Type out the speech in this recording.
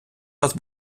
вас